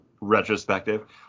Retrospective